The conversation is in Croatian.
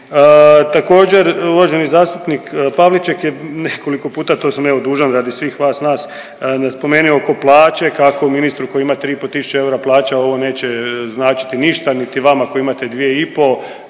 Također uvaženi zastupnik Pavliček je nekoliko puta to sam evo dužan radi svih vas, nas spomenuo oko plaće kako ministru koji ima 3,5 tisuće eura plaća ovo neće značiti ništa niti vama koji imate 2,5 niti nama